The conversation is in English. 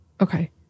Okay